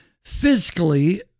physically